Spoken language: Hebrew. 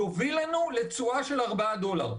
יוביל לנו לתשואה של ארבעה דולרים.